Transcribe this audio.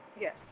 Yes